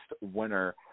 winner